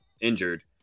injured